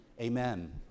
amen